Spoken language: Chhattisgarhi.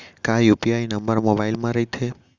का यू.पी.आई नंबर मोबाइल म रहिथे?